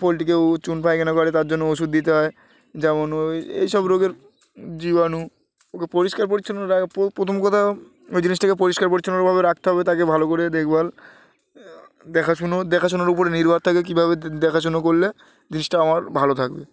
পোলট্রিকেও চুন পাইখানা করে তার জন্য ওষুধ দিতে হয় যেমন ওই এইসব রোগের জীবাণু ওকে পরিষ্কার পরিচ্ছন্ন রাখা প্রথম কথা ওই জিনিসটাকে পরিষ্কার পরিচ্ছন্নভাবে রাখতে হবে তাকে ভালো করে দেখভাল দেখাশুনো দেখাশুনোর উপরে নির্ভর থাকে কীভাবে দেখাশুনো করলে জিনিসটা আমার ভালো থাকবে